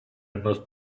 must